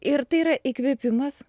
ir tai yra įkvėpimas